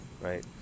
right